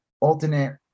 alternate